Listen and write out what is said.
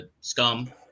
scum